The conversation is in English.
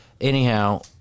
anyhow